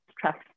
trust